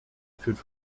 führt